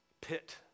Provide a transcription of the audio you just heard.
pit